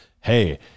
hey –